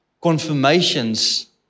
Confirmations